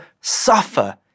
suffer